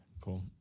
Cool